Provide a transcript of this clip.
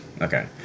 Okay